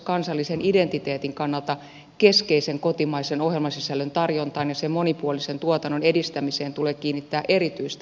kansallisen identiteetin kannalta keskeisen kotimaisen ohjelmasisällön tarjontaan ja sen monipuolisen tuotannon edistämiseen tulee kiinnittää erityistä huomiota